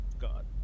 God